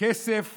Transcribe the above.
"כסף